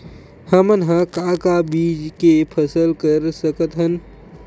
हमन ह का का बीज के फसल कर सकत हन?